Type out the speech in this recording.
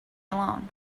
alone